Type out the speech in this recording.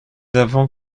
avons